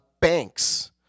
Banks